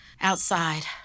Outside